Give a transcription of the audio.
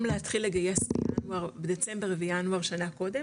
להתחיל לגייס מינואר ומדצמבר שנה קודם,